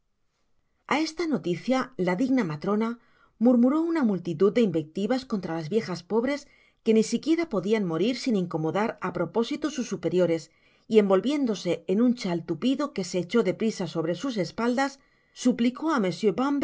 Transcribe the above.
a esta noticia la digna matrona murmuró una multitud de invectivas contra las viejas pobres que ni siquiera podian morir sin incomodar á propósito sus superiores y envolviéndose en un chai tupido que se echó de prisa sobre sus espaldas suplicó á monsieur